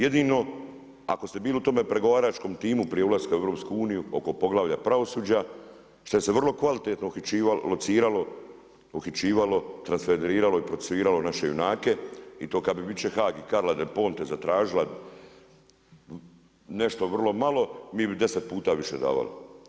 Jedino ako ste bili u tome pregovaračkom timu prije ulaska u EU-u oko poglavlja pravosuđa, šta se vrlo kvalitetno lociralo, uhićivano, transferiralo i procesuiralo naše junake, bit će Haag i Carla del Ponte zatražila nešto vrlo malo, mi bi 10 puta više davali.